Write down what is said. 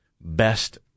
best